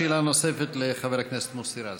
שאלה נוספת לחבר הכנסת מוסי רז.